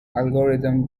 algorithms